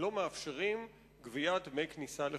לא מאפשרים גביית דמי כניסה לחופים.